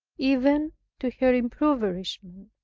even to her impoverishment,